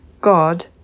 God